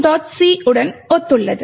c உடன் ஒத்துள்ளது